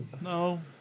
No